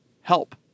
help